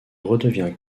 redevient